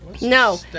No